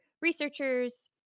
researchers